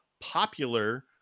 popular